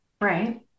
Right